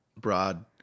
broad